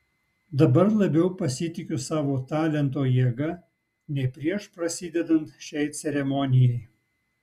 dabar labiau pasitikiu savo talento jėga nei prieš prasidedant šiai ceremonijai